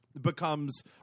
becomes